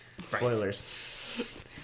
Spoilers